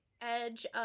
edge